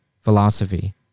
philosophy